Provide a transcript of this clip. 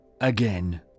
again